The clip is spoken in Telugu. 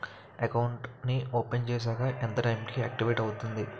అకౌంట్ నీ ఓపెన్ చేశాక ఎంత టైం కి ఆక్టివేట్ అవుతుంది?